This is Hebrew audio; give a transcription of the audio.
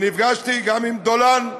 ונפגשתי גם עם דולן,